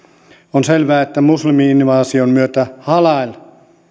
on selvää että muslimi invaasion myötä halal